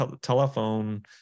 telephone